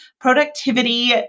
productivity